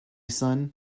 son